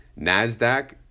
NASDAQ